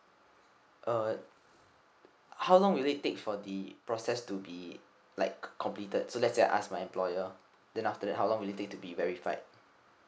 uh how long will it take for the process to be like completed so let's say I ask my employer then after that how long will it take to be verified